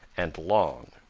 and long.